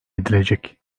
edilecek